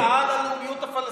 הרצאה על הלאומיות הפלסטינית?